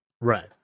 Right